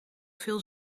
veel